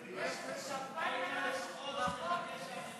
יש איזו שמפניה, משהו, ברכות?